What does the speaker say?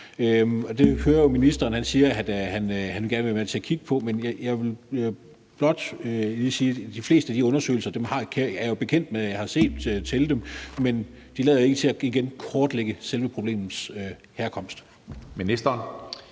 vi høre at ministeren siger at han gerne vil være med til at kigge på, men jeg vil blot lige sige, at de fleste af de undersøgelser er jeg bekendt med og har set, men, igen, de lader ikke til at kortlægge selve problemets herkomst. Kl.